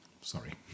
sorry